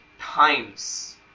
times